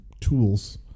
tools